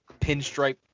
pinstripe